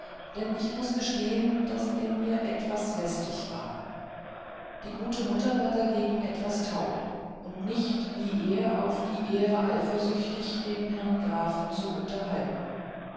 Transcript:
denn ich muß gestehen daß er etwas lästig war die gute mutter war dagegen etwas taub und nicht wie er auf die ehre eifersüchtig den herrn grafen zu unterhalten